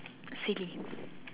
silly